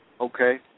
Okay